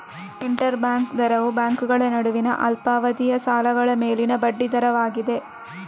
inter bank ದರವು ಬ್ಯಾಂಕುಗಳ ನಡುವಿನ ಅಲ್ಪಾವಧಿಯ ಸಾಲಗಳ ಮೇಲಿನ ಬಡ್ಡಿ ದರವಾಗಿದೆ